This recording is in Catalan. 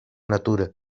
natura